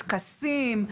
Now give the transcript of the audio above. טקסים.